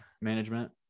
management